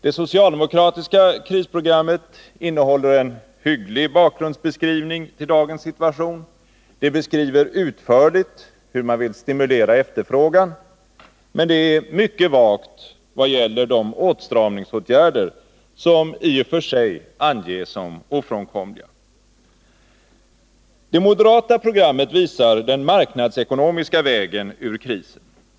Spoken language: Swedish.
Det socialdemokratiska krisprogrammet innehåller en hygglig bakgrundsbeskrivning till dagens situation, det beskriver utförligt hur man vill stimulera efterfrågan, men det är mycket vagt vad gäller de åtstramningsåtgärder som i och för sig anges som ofrånkomliga. Det moderata programmet visar den marknadsekonomiska vägen ur krisen.